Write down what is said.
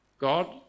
God